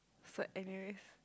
so anyways